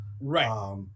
Right